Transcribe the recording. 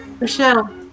Michelle